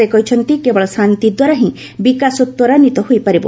ସେ କହିଛନ୍ତି କେବଳ ଶାନ୍ତି ଦ୍ୱାରା ହିଁ ବିକାଶ ତ୍ୱରାନ୍ୱିତ ହୋଇପାରିବ